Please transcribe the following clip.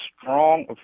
strong